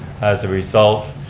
as a result,